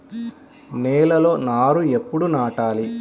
నేలలో నారు ఎప్పుడు నాటాలి?